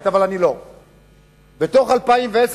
הייתי בונה אותו אחרת.